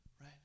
right